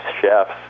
chefs